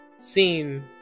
Scene